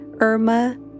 Irma